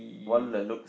one that looks